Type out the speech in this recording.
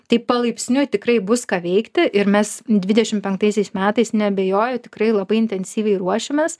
tai palaipsniui tikrai bus ką veikti ir mes dvidešim penktaisiais metais neabejoju tikrai labai intensyviai ruošimės